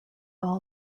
all